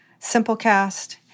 Simplecast